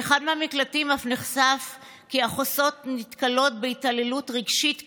באחד מהמקלטים אף נחשף כי החוסות נתקלות בהתעללות רגשית קשה.